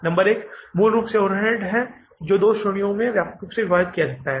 number एक मूल रूप से ओवरहेड्स को दो व्यापक श्रेणियों में विभाजित किया जा सकता है